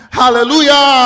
hallelujah